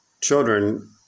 Children